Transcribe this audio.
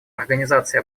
организации